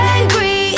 angry